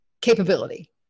capability